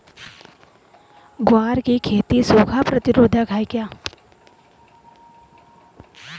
ग्वार की खेती सूखा प्रतीरोधक है क्या?